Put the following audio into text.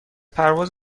پرواز